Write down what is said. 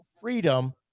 freedom